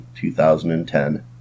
2010